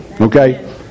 Okay